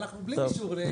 הלכנו בלי אישור לביצוע.